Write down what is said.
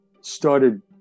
started